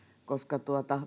koska